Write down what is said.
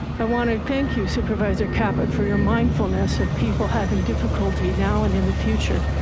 i wanted thank you supervisor captu for your mindfulness of people having difficulty now and in the future,